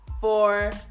four